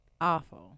awful